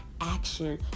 action